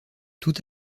tout